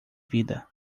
vida